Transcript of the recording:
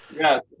yeah.